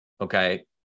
okay